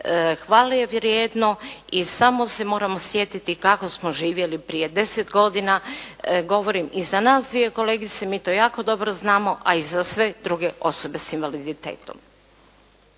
hvale je vrijedno i samo se moramo sjetiti kako smo živjeli prije 10 godina. Govorim i za nas dvije kolegice. Mi to jako dobro znamo, a i za sve druge osobe sa invaliditetom.